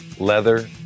leather